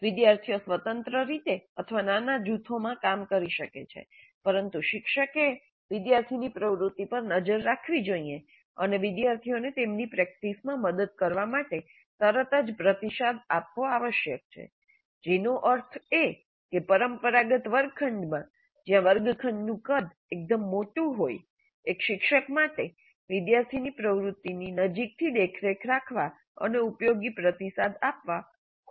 વિદ્યાર્થીઓ સ્વતંત્ર રીતે અથવા નાના જૂથોમાં કામ કરી શકે છે પરંતુ શિક્ષકે વિદ્યાર્થીની પ્રવૃત્તિ પર નજર રાખવી જોઈએ અને વિદ્યાર્થીઓને તેમની પ્રેક્ટિસમાં મદદ કરવા માટે તરત જ પ્રતિસાદ આપવો આવશ્યક છે જેનો અર્થ એ કે પરંપરાગત વર્ગખંડમાં જ્યાં વર્ગખંડનું કદ એકદમ મોટું હોય 60 70 વિદ્યાર્થીઓનો વર્ગ હોવો અસામાન્ય નથી એક શિક્ષક માટે વિદ્યાર્થીની પ્રવૃત્તિની નજીકથી દેખરેખ રાખવા અને ઉપયોગી પ્રતિસાદ આપવા ખૂબ મુશ્કેલ હોઈ શકે છે